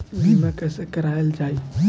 बीमा कैसे कराएल जाइ?